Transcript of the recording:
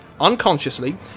Unconsciously